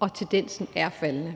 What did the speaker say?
og tendensen er faldende.